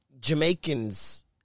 Jamaicans